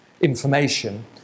information